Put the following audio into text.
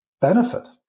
benefit